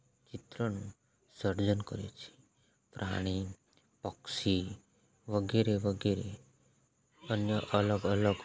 ચિત્રનું સર્જન કરીએ છીએ પ્રાણી પક્ષી વગેરે વગેરે અન્ય અલગ અલગ